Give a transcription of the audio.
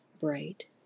bright